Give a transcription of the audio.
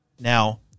Now